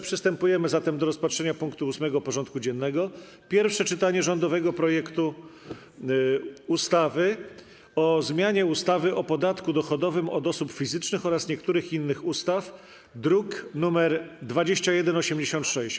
Przystępujemy do rozpatrzenia punktu 8. porządku dziennego: Pierwsze czytanie rządowego projektu ustawy o zmianie ustawy o podatku dochodowym od osób fizycznych oraz niektórych innych ustaw (druk nr 2186)